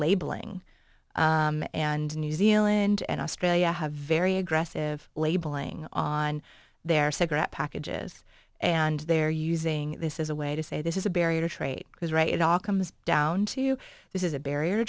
labeling and new zealand and australia have very aggressive labeling on their cigarette packages and they're using this as a way to say this is a barrier to trade because right it all comes down to you this is a barrier